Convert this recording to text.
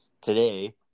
today